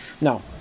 no